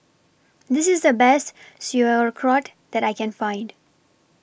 This IS The Best Sauerkraut that I Can Find